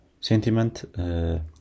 sentiment